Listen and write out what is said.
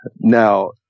Now